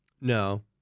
No